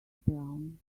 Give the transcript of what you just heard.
brown